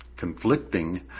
conflicting